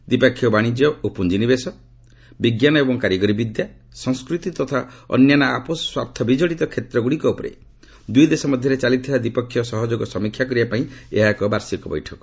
ଦ୍ୱିପକ୍ଷୀୟ ବାଣିଜ୍ୟ ଓ ପୁଞ୍ଜିନିବେଶ ବିଜ୍ଞାନ ଏବଂ କାରିଗରି ବିଦ୍ୟା ସଂସ୍କୃତି ତଥା ଅନ୍ୟାନ୍ୟ ଅପୋଷ ସ୍ୱାର୍ଥ ବିକଡ଼ିତ କ୍ଷେତ୍ରଗୁଡ଼ିକ ଉପରେ ଦୁଇ ଦେଶ ମଧ୍ୟରେ ଚାଲିଥିବା ଦ୍ୱିପକ୍ଷୀୟ ସହଯୋଗ ସମୀକ୍ଷା କରିବାପାଇଁ ଏହା ଏକ ବାର୍ଷିକ ବୈଠକ